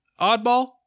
Oddball